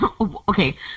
Okay